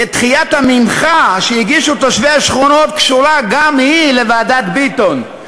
ודחיית המנחה שהגישו תושבי השכונות קשורה גם היא לוועדת ביטון,